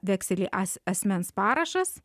vekselį as asmens parašas